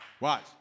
Watch